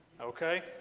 okay